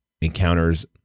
encounters